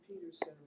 Peterson